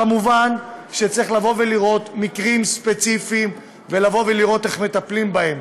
כמובן שצריך לראות מקרים ספציפיים ולראות איך מטפלים בהם,